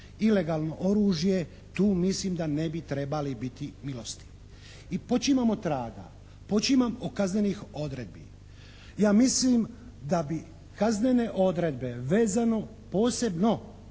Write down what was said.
ilegalno oružje tu mislim da ne bi trebali biti milostivi. I počimam otraga, počimam od kaznenih odredbi. Ja mislim da bi kaznene odredbe vezano posebno